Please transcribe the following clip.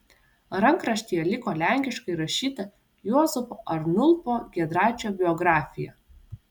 rankraštyje liko lenkiškai rašyta juozapo arnulpo giedraičio biografija